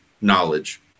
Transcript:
knowledge